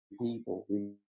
people